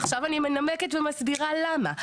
עכשיו אני מנמקת ומסבירה למה.